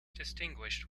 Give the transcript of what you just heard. distinguished